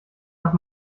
nach